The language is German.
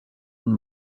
und